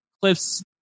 Cliff's